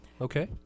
okay